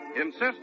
Insist